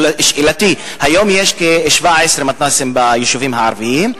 שאלתי היא: היום יש כ-17 מתנ"סים ביישובים הערביים.